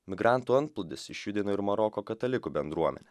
migrantų antplūdis išjudino ir maroko katalikų bendruomenę